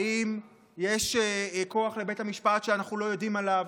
האם יש כוח לבית המשפט שאנחנו לא יודעים עליו?